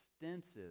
extensive